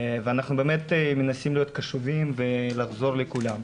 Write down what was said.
אנחנו באמת מנסים להיות קשובים ולעזור לכולם.